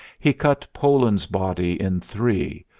he cut poland's body in three,